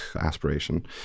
Aspiration